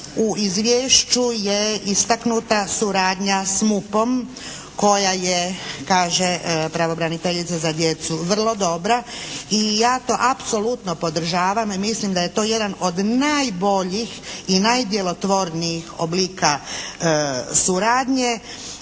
u izvješću je istaknuta suradnja s MUP-om koja je kaže pravobraniteljica za djecu vrlo dobra i ja to apsolutno podržavam i mislim da je to jedan od najboljih i najdjelotvornijih oblika suradnje